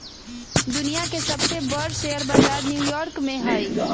दुनिया के सबसे बर शेयर बजार न्यू यॉर्क में हई